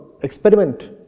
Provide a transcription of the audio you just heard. Experiment